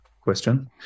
question